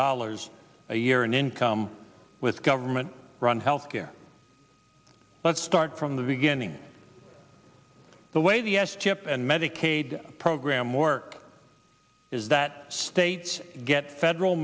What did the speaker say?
dollars a year in income with government run health care let's start from the beginning the way the s chip and medicaid program work is that states get federal